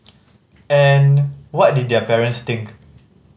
and what did their parents think